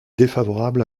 défavorable